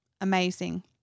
Amazing